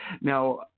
Now